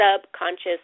subconscious